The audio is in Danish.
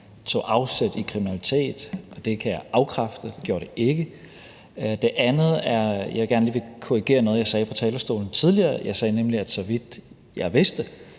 tog afsæt i kriminalitet. Det kan jeg afkræfte – det gjorde det ikke. Det andet er, at jeg gerne lige vil korrigere noget, jeg sagde fra talerstolen tidligere. Jeg sagde nemlig, at så vidt jeg vidste,